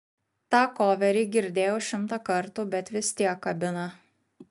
tą koverį girdėjau šimtą kartų bet vis tiek kabina